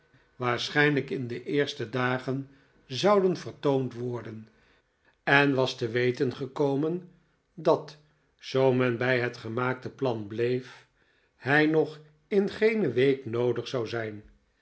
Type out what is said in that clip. waarschijnlijk in de eerste dagen zouden vertoond worden en waste weten gekomen dat zoo men bij het gemaakte plan bleef hij nog in geene week noodig zou zijn